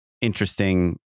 interesting